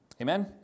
Amen